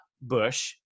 bush